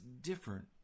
different